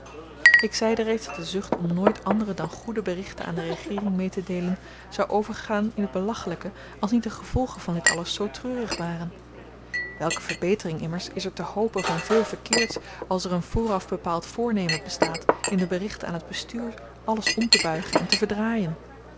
ik zeide reeds dat de zucht om nooit andere dan goede berichten aan de regeering meetedeelen zou overgaan in t belachelyke als niet de gevolgen van dit alles zoo treurig waren welke verbetering immers is er te hopen van veel verkeerds als er een vooraf bepaald voornemen bestaat in de berichten aan t bestuur alles omtebuigen en te verdraaien